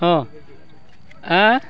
ହଁ ଆଁ